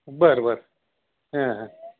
बरं बरं हां हं